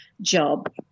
job